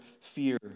fear